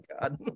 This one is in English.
God